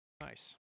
Nice